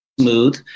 smooth